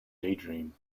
daydream